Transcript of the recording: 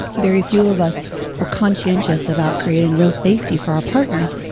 very few of us are conscientious about creating real safety for our partners,